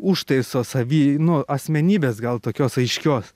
užtaiso savy nu asmenybės gal tokios aiškios